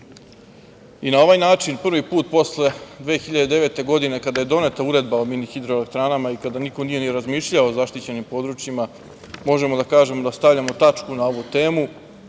ovaj način prvi put posle 2009. godine kada je doneta Uredba o mini hidroelektranama, i kada niko nije ni razmišljao o zaštićenim područjima, možemo da kažemo da stavljamo tačku na ovu temu